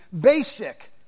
basic